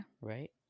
Right